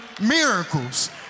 miracles